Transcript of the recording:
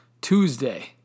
Tuesday